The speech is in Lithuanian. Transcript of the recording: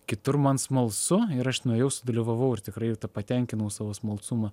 kitur man smalsu ir aš nuėjau sudalyvavau ir tikrai patenkinau savo smalsumą